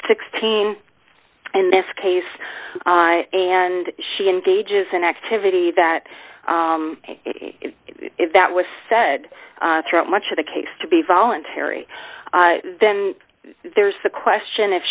sixteen and this case and she engages in activity that if that was said throughout much of the case to be voluntary then there's the question if